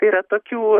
tai yra tokių